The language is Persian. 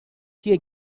کیه